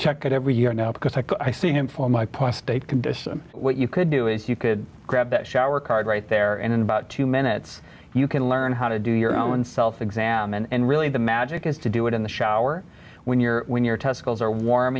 check it every year now because i see him for my prostate condition what you could do is you could grab that shower card right there in about two minutes you can learn how to do your own self exam and really the magic is to do it in the shower when you're when your testicles are warm